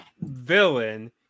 villain